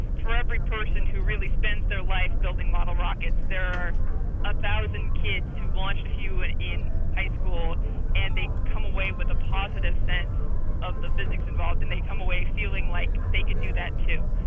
for every person who really spends their life building model rockets, there are a thousand kids who launched a few and in high school and they come away with a positive sense of the physics involved, and they come away feeling like they could do that too.